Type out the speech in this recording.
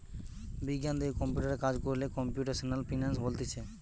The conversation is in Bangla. বিজ্ঞান দিয়ে কম্পিউটারে কাজ কোরলে কম্পিউটেশনাল ফিনান্স বলতিছে